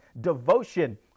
devotion